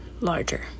larger